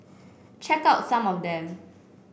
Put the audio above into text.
check out some of them